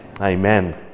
Amen